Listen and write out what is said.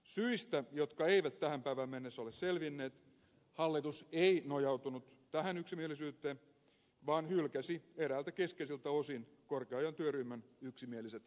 syistä jotka eivät tähän päivään mennessä ole selvinneet hallitus ei nojautunut tähän yksimielisyyteen vaan hylkäsi eräiltä keskeisiltä osin korkeaojan työryhmän yksimielisen